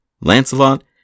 Lancelot